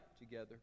together